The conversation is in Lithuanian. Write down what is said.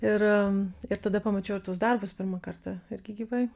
ir ir tada pamačiau tuos darbus pirmą kartą irgi gyvai